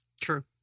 True